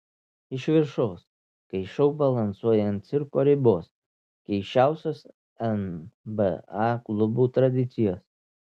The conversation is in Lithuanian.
iš viršaus kai šou balansuoja ant cirko ribos keisčiausios nba klubų tradicijos